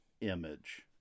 image